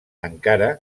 encara